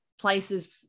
places